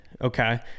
okay